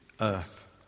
earth